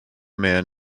man